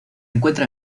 encuentra